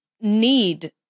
need